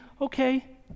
okay